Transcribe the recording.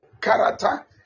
character